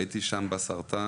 הייתי שם בסרטן,